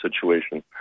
situation